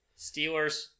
Steelers